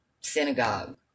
synagogue